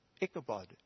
Ichabod